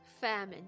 famine